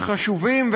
וחשובים,